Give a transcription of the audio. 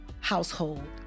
household